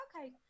okay